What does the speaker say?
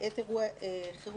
כך שההערות שלי